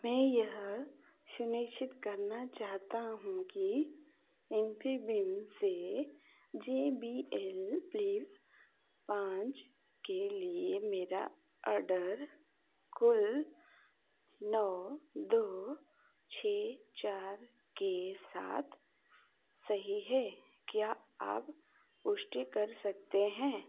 मैं यह सुनिश्चित करना चाहता हूँ कि इन्फीबीम से जे बी एल फ्लिप पाँच के लिए मेरा ऑर्डर कुल नौ दो छः चार के साथ सही है क्या आप पुष्टि कर सकते हैं